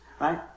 Right